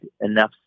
enough